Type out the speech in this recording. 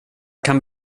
kan